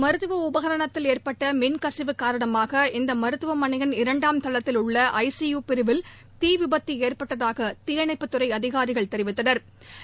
மருத்துவ உபகரணத்தில் ஏற்பட்ட மின் கசிவு காரணமாக இந்த மரத்துவனையின் இரண்டாம தளத்தில் இள்ள ஐ சி யு பிரிவில் தீ விபத்து ஏற்பட்டதாக தீயணைப்பு துறை அதிகாரிகள் தெரிவித்தனா்